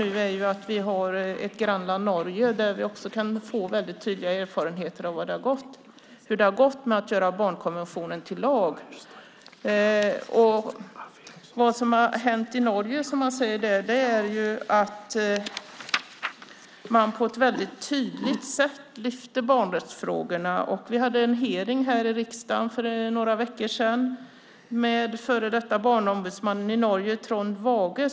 Nu har vi vårt grannland Norge där vi också kan få ta del av väldigt tydliga erfarenheter av hur det har gått med att göra barnkonventionen till lag. I Norge lyfte man barnrättsfrågorna på ett väldigt tydligt sätt. Vi hade en hearing här i riksdagen för några veckor sedan med före detta barnombudsmannen i Norge Trond Waage.